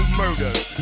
murders